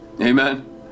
Amen